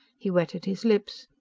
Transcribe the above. he wetted his lips.